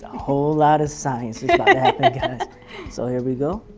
whole lot of science so here we go.